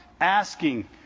asking